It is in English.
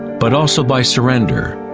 but also by surrender.